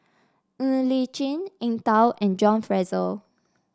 Ng Li Chin Eng Tow and John Fraser